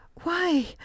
why